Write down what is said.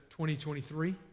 2023